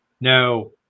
No